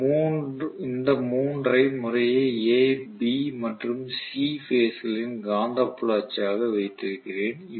இந்த 3 ஐ முறையே A B மற்றும் C பேஸ் களின் காந்தப்புல அச்சாக வைத்திருக்கிறேன்